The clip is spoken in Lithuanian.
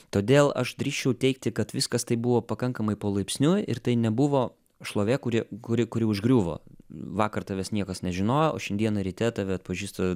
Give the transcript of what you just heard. todėl aš drįsčiau teigti kad viskas taip buvo pakankamai palaipsniui ir tai nebuvo šlovė kuri kuri kuri užgriuvo vakar tavęs niekas nežinojo o šiandieną ryte tave atpažįsta